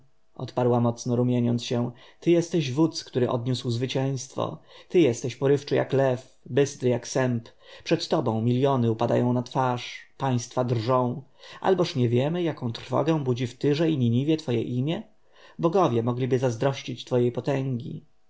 odparła mocno rumieniąc się ty jesteś wódz który odniósł zwycięstwo ty jesteś porywczy jak lew bystry jak sęp przed tobą miljony upadają na twarz państwa drżą alboż nie wiemy jaką trwogę budzi w tyrze i niniwie twoje imię bogowie mogliby zazdrościć twojej potęgi